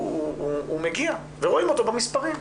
הוא מגיע, ורואים אותו במספרים.